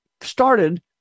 started